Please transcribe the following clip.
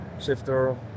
shifter